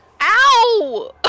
Ow